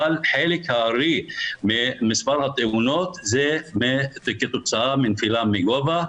אבל חלק הארי ממספר התאונות זה כתוצאה מנפילה מגובה,